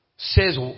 says